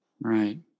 Right